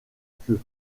queue